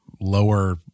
lower